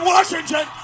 Washington